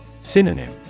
Synonym